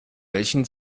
welchen